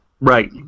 Right